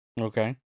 okay